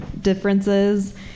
differences